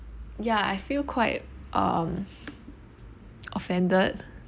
ya I feel quite um offended